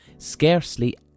scarcely